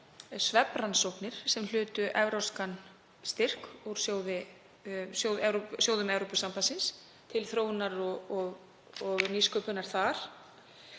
svefnrannsóknir sem hlutu evrópskan styrk úr sjóðum Evrópusambandsins til þróunar og nýsköpunar.